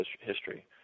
history